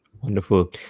Wonderful